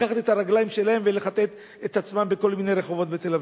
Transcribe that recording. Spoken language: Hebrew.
לקחת את עצמם ולכתת את רגליהם בכל מיני רחובות בתל-אביב.